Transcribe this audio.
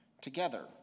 together